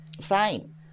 fine